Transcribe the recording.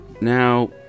Now